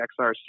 XRC